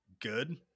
good